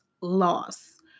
loss